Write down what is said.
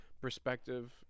perspective